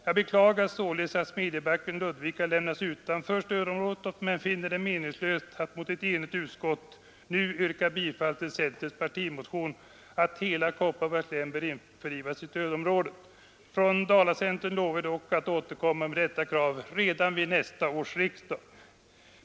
Jag beklagar således att Smedjebacken och Ludvika lämnats utanför stödområdet men finner det meningslöst att mot ett enigt utskott nu yrka bifall till centerns partimotion om att hela Kopparbergs län bör r är omedelbara insatser för en differentiering av införlivas i stödområdet. Från Dalacentern lovar vi dock att återkomma med detta krav redan vid nästa års riksdag.